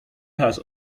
has